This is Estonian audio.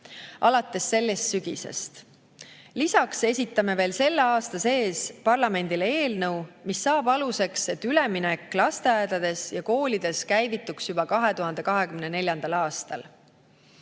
alates sellest sügisest. Lisaks esitame veel selle aasta sees parlamendile eelnõu, mis saab aluseks, et üleminek lasteaedades ja koolides käivituks juba 2024. aastal.